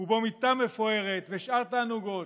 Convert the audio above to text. ובו מיטה מפוארת ושאר תענוגות,